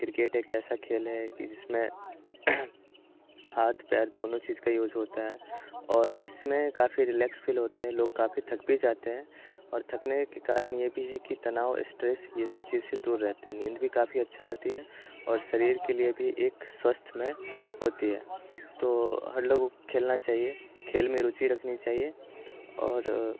cricket एक ऐसा खेल है कि जिसमें हाथ पैर दोनों चीज़ का यूज़ होता है और इसमें काफ़ी रिलैक्स फ़ील होते हैं लोग काफ़ी थक भी जाते हैं और थकने के कारण ये भी है कि तनाव इस्ट्रेस ये सब चीज़ से दूर रहते हैं नींद भी काफ़ी अच्छा आती है और शरीर के लिए भी एक स्वस्थमय होती है तो हर लोग खेलना चाहिए खेल में रुचि रखनी चाहिए और